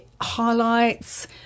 highlights